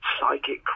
psychic